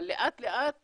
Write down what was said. אבל לאט לאט